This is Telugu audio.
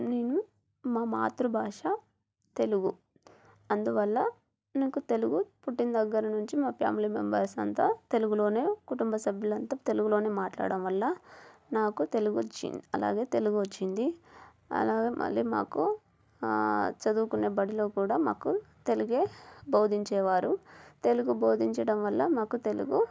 నేను మా మాతృభాష తెలుగు అందువల్ల నాకు తెలుగు పుట్టిన దగ్గర నుంచి మా ఫ్యామిలీ మెంబర్స్ అంతా తెలుగులోనే కుటుంబ సభ్యులంతా తెలుగులోనే మాట్లాడం వల్ల నాకు తెలుగు వచ్చింది అలాగే తెలుగు వచ్చింది అలాగే మళ్ళీ మాకు చదువుకునే బడిలో కూడా మాకు తెలుగే బోధించేవారు తెలుగు బోధించడం వల్ల మాకు తెలుగు